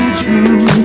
true